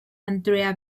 andrea